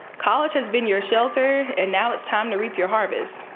college has been your shelter and now it's time to reap your harvest.